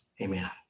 Amen